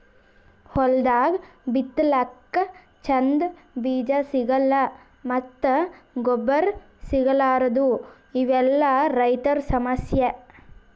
ಹೊಲ್ದಾಗ ಬಿತ್ತಲಕ್ಕ್ ಚಂದ್ ಬೀಜಾ ಸಿಗಲ್ಲ್ ಮತ್ತ್ ಗೊಬ್ಬರ್ ಸಿಗಲಾರದೂ ಇವೆಲ್ಲಾ ರೈತರ್ ಸಮಸ್ಯಾ